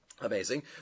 Amazing